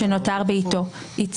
בו, ובאיזה אופן הוא צריך להתקבל.